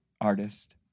artist